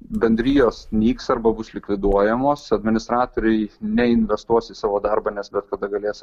bendrijos nyks arba bus likviduojamos administratoriai neinvestuos į savo darbą nes bet kada galės